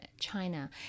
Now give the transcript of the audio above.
China